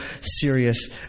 serious